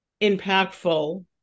impactful